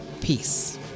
Peace